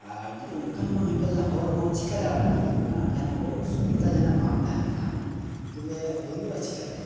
ᱟᱨ ᱡᱩᱫᱤ ᱚᱱᱠᱟ ᱵᱟᱝ ᱦᱩᱭᱩᱜ ᱠᱷᱟᱡ ᱫᱚ ᱦᱚᱲ ᱦᱚᱸ ᱪᱤᱠᱟᱹ ᱫᱟᱬᱟᱱᱟᱭ ᱡᱩᱫᱤ ᱚᱱᱠᱟᱱᱟᱜ ᱡᱟᱦᱟᱱ ᱚᱥᱩᱵᱤᱫᱷᱟ ᱡᱟᱦᱟᱱᱟᱜ ᱵᱟᱝ ᱛᱟᱦᱮᱱ ᱠᱷᱟᱱ ᱛᱚᱵᱮ ᱦᱩᱭᱩᱜᱼᱟ ᱪᱤᱠᱟᱹᱛᱮ